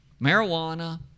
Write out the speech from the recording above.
marijuana